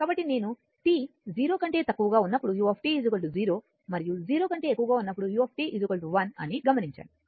కాబట్టి నేను t 0 కంటే తక్కువగా ఉన్నప్పుడు u 0 మరియు 0 కంటే ఎక్కువగా ఉన్నప్పుడు u 1 అని గమనించాను